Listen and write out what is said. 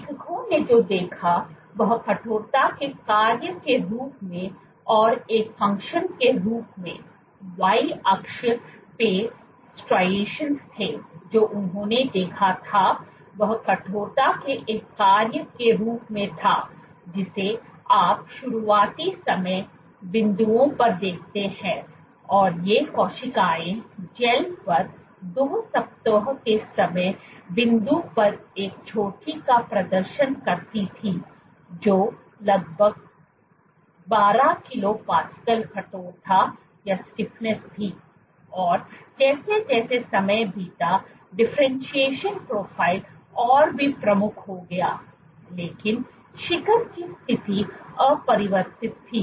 लेखकों ने जो देखा वह कठोरता के कार्य के रूप में और एक फंक्शन के रूप में Y अक्ष पे स्ट्राइएशन थे जो उन्होंने देखा था वह कठोरता के एक कार्य के रूप में था जिसे आप शुरुआती समय बिंदुओं पर देखते हैं और ये कोशिकाएं जैल पर 2 सप्ताह के समय बिंदु पर एक चोटी का प्रदर्शन करती थीं जो लगभग 12 किलो पास्केल कठोरता थीं और जैसे जैसे समय बीता डिफरेंटशिएशन प्रोफ़ाइल और भी प्रमुख हो गया लेकिन शिखर की स्थिति अपरिवर्तित रही